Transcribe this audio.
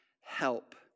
help